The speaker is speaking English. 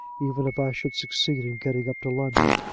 even if i should succeed in getting up to london.